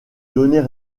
donner